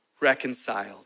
reconciled